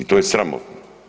I to je sramotno.